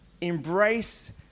Embrace